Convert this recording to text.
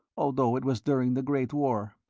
although it was during the great war.